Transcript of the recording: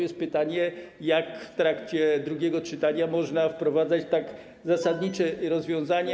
Jest pytanie: Jak w trakcie drugiego czytania można wprowadzać tak zasadnicze rozwiązanie?